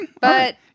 But-